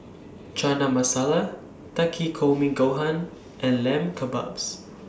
Chana Masala Takikomi Gohan and Lamb Kebabs